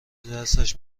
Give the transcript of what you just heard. درسش